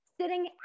Sitting